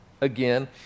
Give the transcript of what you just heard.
again